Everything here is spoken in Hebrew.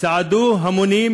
צעדו המונים,